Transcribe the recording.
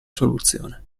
soluzione